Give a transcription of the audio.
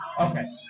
Okay